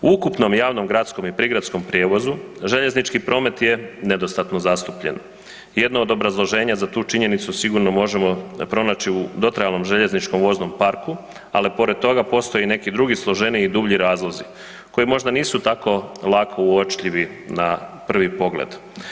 U ukupnom javnom gradskom i prigradskom prijevozu, željeznički promet je nedostatno zastupljen, jedno od obrazloženja za tu činjenicu sigurno možemo pronaći u dotrajalom željezničkom voznom parku ali pored toga postoje i neki drugi složeniji dublji razlozi koji možda nisu tako lako uočljivi na prvi pogled.